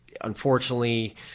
Unfortunately